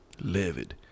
livid